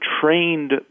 trained